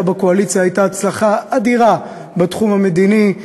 בקואליציה הייתה הצלחה אדירה בתחום המדיני.